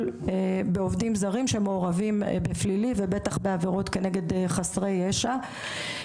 בעובדים זרים שמעורבים בפלילי ובטח בעבירות כנגד חסרי ישע.